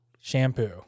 Shampoo